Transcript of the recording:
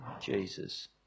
jesus